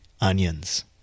onions